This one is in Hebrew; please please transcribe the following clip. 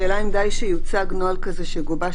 השאלה אם די שיוצג נוהל כזה שגובש